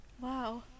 wow